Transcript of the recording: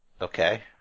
Okay